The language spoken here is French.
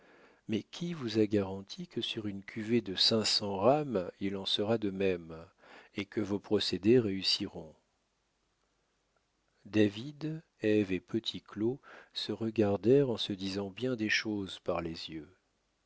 mais qui vous a garanti que sur une cuvée de cinq cents rames il en sera de même et que vos procédés réussiront david ève et petit claud se regardèrent en se disant bien des choses par les yeux